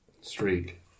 streak